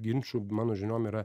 ginčų mano žiniom yra